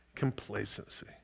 complacency